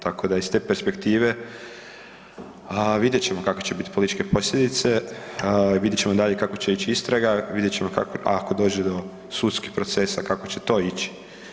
Tako da iz te perspektive, vidjet ćemo kakve će bit političke posljedice, vidjet ćemo dalje kako će ić istraga, vidjet ćemo kako, ako dođe do sudskih procesa kako će to ići.